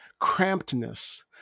crampedness